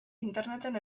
interneten